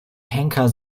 henker